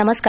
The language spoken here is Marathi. नमस्कार